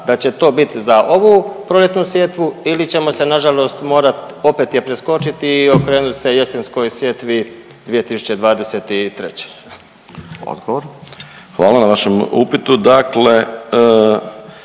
da će to bit za ovu proljetnu sjetvu ili ćemo se nažalost morat opet je preskočiti i okrenut se jesenskoj sjetvi 2023.? **Radin, Furio